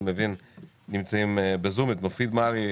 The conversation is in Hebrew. כאן ואני מבין שחלקם נמצאים ב-זום - את מופיד מרעי,